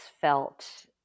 felt